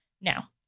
Now